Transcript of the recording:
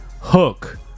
hook